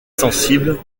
sensible